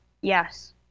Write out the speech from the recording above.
yes